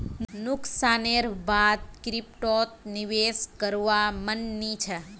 नुकसानेर बा द क्रिप्टोत निवेश करवार मन नइ छ